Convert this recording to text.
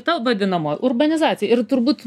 ta vadinamo urbanizacija ir turbūt